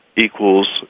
equals